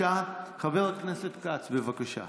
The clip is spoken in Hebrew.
חבר הכנסת כץ, בבקשה.